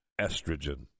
estrogen